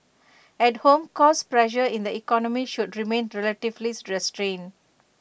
at home cost pressures in the economy should remain relatively restrained